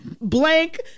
blank